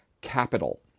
Capital